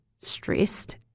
stressed